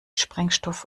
sprengstoff